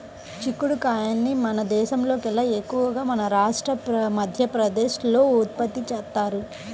చిక్కుడు కాయల్ని మన దేశంలోకెల్లా ఎక్కువగా మహారాష్ట్ర, మధ్యప్రదేశ్ లో ఉత్పత్తి చేత్తారు